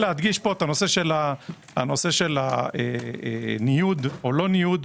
להדגיש את הנושא של הניוד או לא ניוד,